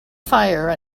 fire